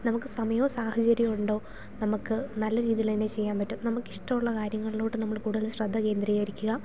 നമുക്ക് സമയമോ സാഹചര്യമോ ഉണ്ടോ നമുക്ക് നല്ല രീതിയിൽ അതിനെ ചെയ്യാൻ പറ്റും നമുക്ക് ഇഷ്ടമുള്ള കാര്യങ്ങളിലോട്ട് നമ്മൾ കൂടുതൽ ശ്രദ്ധ കേന്ദ്രീകരിക്കുക